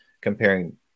comparing